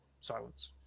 Silence